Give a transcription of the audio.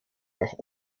nach